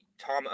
Tom